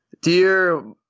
Dear